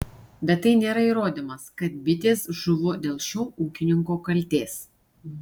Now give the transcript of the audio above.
bet tai nėra įrodymas kad bitės žuvo dėl šio ūkininko kaltės